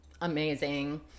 amazing